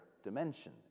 dimension